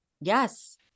Yes